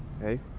Hey